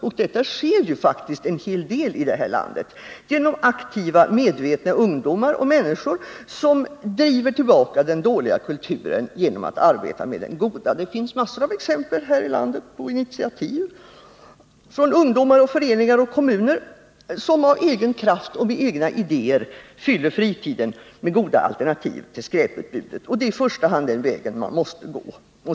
Här sker ju faktiskt en hel del genom aktiva, medvetna ungdomar och människor över huvud taget som driver tillbaka den dåliga kulturen genom att arbeta med den goda. Det finns mängder av exempel i landet på initiativ från ungdomar, föreningar och kommuner, där man av egen kraft och med egna idéer fyller fritiden med goda alternativ till skräputbudet. Det är i första hand den vägen man måste gå.